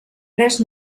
res